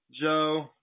Joe